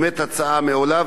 באמת עצה מעולה.